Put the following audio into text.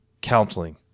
counseling